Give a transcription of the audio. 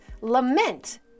lament